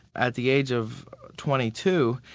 at the age of twenty two,